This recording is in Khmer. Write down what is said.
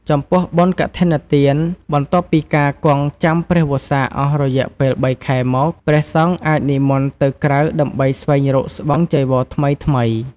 ចំពោះបុណ្យកឋិនទាន បន្ទាប់ពីការគង់ចាំព្រះវស្សាអស់រយៈពេល៣ខែមក ព្រះសង្ឃអាចនិមន្ដទៅក្រៅដើម្បីស្វែងរកស្បង់ចីវរថ្មីៗ ។